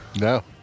No